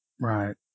Right